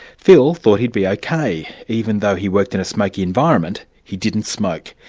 phil thought he'd be okay, even though he worked in a smoky environment, he didn't smoke,